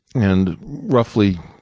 and roughly